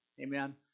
Amen